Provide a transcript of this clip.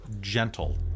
gentle